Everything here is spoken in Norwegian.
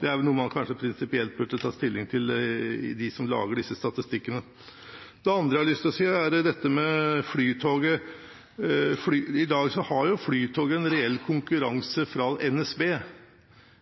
Det er vel kanskje noe de som lager disse statistikkene, prinsipielt burde ta stilling til. Det andre jeg har lyst til å si noe om, er Flytoget. I dag har Flytoget en reell konkurranse fra NSB.